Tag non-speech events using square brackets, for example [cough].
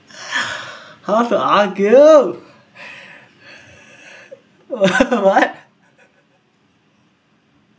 how to argue [breath] [laughs] what